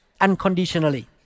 unconditionally